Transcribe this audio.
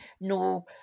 no